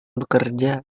bekerja